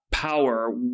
power